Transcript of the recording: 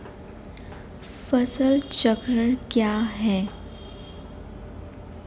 फसल चक्रण क्या है?